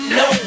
no